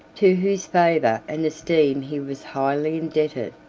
to whose favor and esteem he was highly indebted,